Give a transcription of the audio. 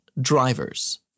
drivers